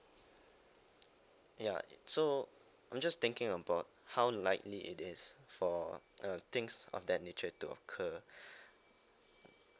ya so I'm just thinking about how likely it is for uh things of that nature to occur